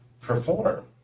perform